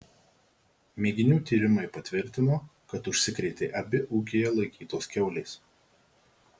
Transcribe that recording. mėginių tyrimai patvirtino kad užsikrėtė abi ūkyje laikytos kiaulės